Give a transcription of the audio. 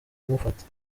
kumufata